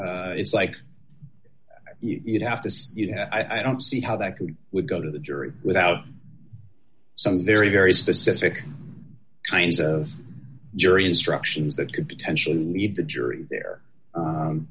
it's like you'd have to say you know i don't see how that could would go to the jury without some very very specific kinds of jury instructions that could potentially lead the jury there